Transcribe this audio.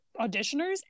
auditioners